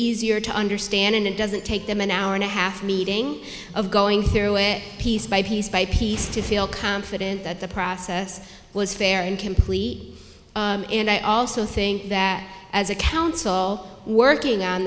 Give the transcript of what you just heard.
easier to understand and it doesn't take them an hour and a half meeting of going through a piece by piece by piece to feel confident that the process was fair and complete and i also think that as a council working on